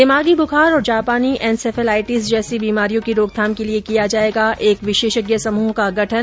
दिमागी बुखार और जापानी एनसेफेलाइटिस जैसी बीमारियों की रोकथाम के लिए किया जाएगा एक विशेषज्ञ समूह का गठन